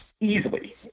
Easily